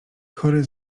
chory